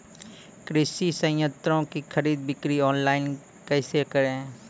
कृषि संयंत्रों की खरीद बिक्री ऑनलाइन कैसे करे?